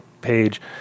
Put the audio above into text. page